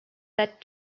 that